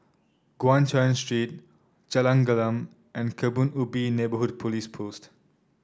Guan Chuan Street Jalan Gelam and Kebun Ubi Neighbourhood Police Post